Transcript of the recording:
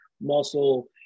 muscle